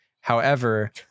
However-